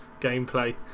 gameplay